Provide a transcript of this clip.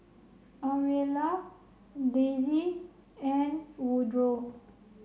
Aurilla Daisey and Woodroe